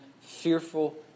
fearful